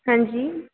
हांजी